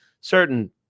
certain